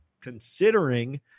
considering